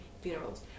funerals